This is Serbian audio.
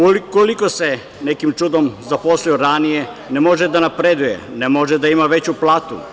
Ukoliko se nekim čudom zaposlio ranije, ne može da napreduje, ne može da ima veću platu.